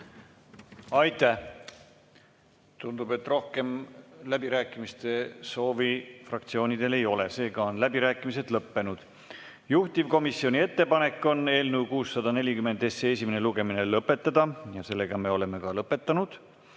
Aitäh! Tundub, et rohkem läbirääkimiste soovi fraktsioonidel ei ole, seega on läbirääkimised lõppenud. Juhtivkomisjoni ettepanek on eelnõu 640 esimene lugemine lõpetada. Me olemegi lõpetanud